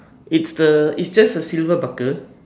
it's the is just the silver bucker